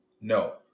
No